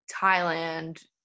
Thailand